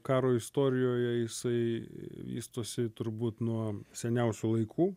karo istorijoje jisai vystosi turbūt nuo seniausių laikų